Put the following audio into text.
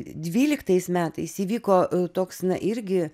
dvyliktais metais įvyko toks na irgi